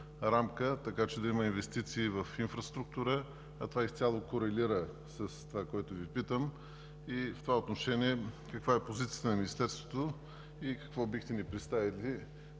така че да има инвестиции и в инфраструктура, а това изцяло корелира с това, което Ви питам. В това отношение: каква е позицията на Министерството и какво бихте ни представили,